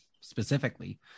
specifically